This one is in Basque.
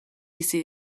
bizi